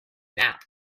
nap